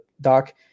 doc